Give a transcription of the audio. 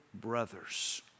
brothers